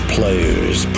Players